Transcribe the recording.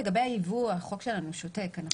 לגבי הייבוא, החוק שלנו שותק.